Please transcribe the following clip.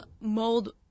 mold